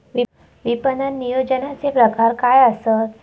विपणन नियोजनाचे प्रकार काय आसत?